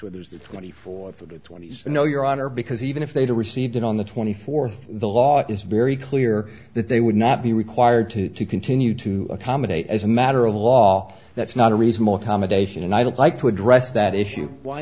where there's the twenty fourth of the twenty's you know your honor because even if they do received it on the twenty fourth the law is very clear that they would not be required to continue to accommodate as a matter of law that's not a reasonable accommodation and i'd like to address that issue why